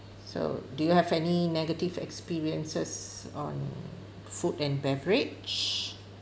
so do you have any negative experiences on food and beverage